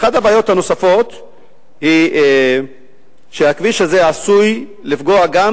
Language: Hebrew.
אחת הבעיות הנוספות היא שהכביש הזה עשוי לפגוע גם